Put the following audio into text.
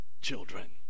children